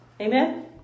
Amen